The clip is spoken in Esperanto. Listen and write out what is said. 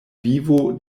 vivo